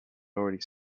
already